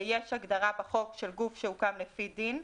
יש הגדרה בחוק של גוף שהוקם לפי דין,